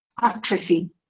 atrophy